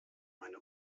meine